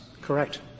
Correct